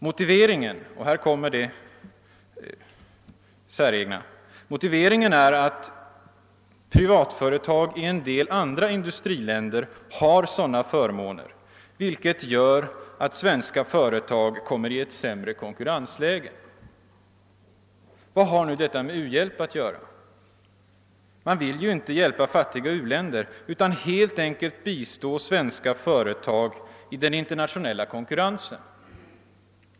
Motiveringen är — och det är det säregna — att privatföretag i en del andra industriländer har sådana förmåner, vilket gör att svenska företag kommer i ett sämre konkurrensläge. Vad har nu detta med u-hjälp att göra? Man vill ju inte med detta hjälpa fattiga u-länder utan helt enkelt bistå svenska företag i den internationella konkurrensen.